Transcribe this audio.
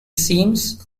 seems